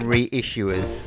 Reissuers